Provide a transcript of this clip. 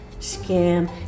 scam